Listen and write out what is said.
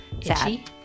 Itchy